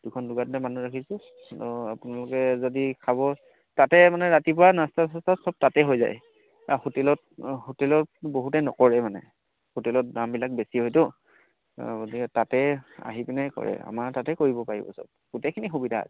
দুখন দোকানতে মানুহ ৰাখিছোঁ ত' আপোনালোকে যদি খাব তাতে মানে ৰাতিপুৱা নাষ্টা চাষ্টা সব তাতেই হৈ যায় হোটেলত হোটেলত বহুতে নকৰে মানে হোটেলত দামবিলাক বেছি হয়তো গতিকে তাতে আহি পিনে কৰে আৰু আমাৰ তাতে কৰিব পাৰিব সব গোটেইখিনি সুবিধা আছে